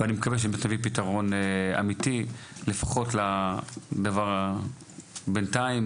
ואני מקווה שנביא פתרון אמיתי לפחות לדבר הזה,